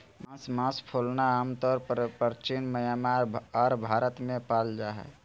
बांस मास फूलना आमतौर परचीन म्यांमार आर भारत में पाल जा हइ